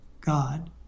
God